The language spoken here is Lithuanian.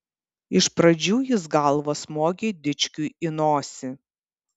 iš pradžių jis galva smogė dičkiui į nosį